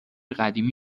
قدیمی